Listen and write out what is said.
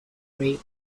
prey